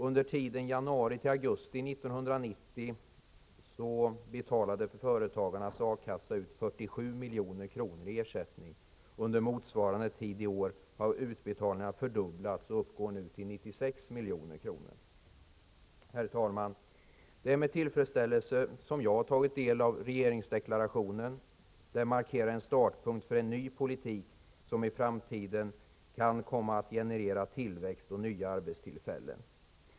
Under tiden januari till augusti 1990 betalade Företagarnas A-kassa ut 47 milj.kr. ii ersättningar. Motsvarande tid i år har utbetalningarna fördubblats och uppgår nu till 96 Herr talman! Det är med tillfredställelse som har jag har tagit del av regeringsdeklarationen. Den markerar en startpunkt för en ny politik, som i framtiden kommer att generera tillväxt och nya arbetstillfällen.